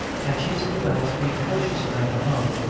our chiefs do well to be cautious on our behalf,